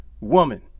woman